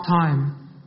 time